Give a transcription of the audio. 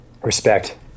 respect